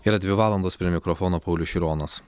yra dvi valandos prie mikrofono paulius šironas